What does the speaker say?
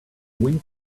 wind